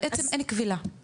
בעצם אין כבילה,